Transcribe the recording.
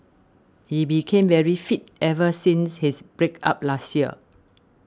he became very fit ever since his break up last year